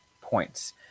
points